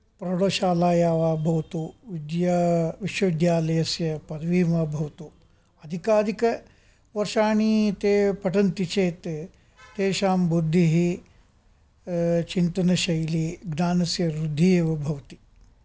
प्रौढशालाया वा भवतु विद्या विश्वविद्यालयस्य पदवी वा भवतु अधिकाधिकवर्षाणि ते पठन्ति चेत् तेषां बुद्धिः चिन्तनशैली ज्ञानस्य वृद्धिः एव भवति